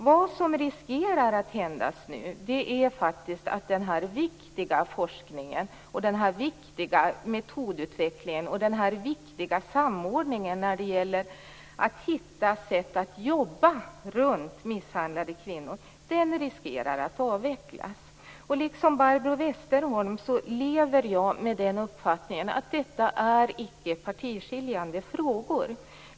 Det som faktiskt kan hända nu är att den viktiga forskningen, den viktiga metodutvecklingen och den viktiga samordningen när det gäller att hitta sätt att jobba runt misshandlade kvinnor riskerar att avvecklas. Liksom Barbro Westerholm lever jag med uppfattningen att detta icke är partiskiljande frågor.